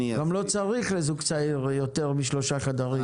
גם לא צריך לזוג צעיר יותר משלושה חדרים.